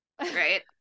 right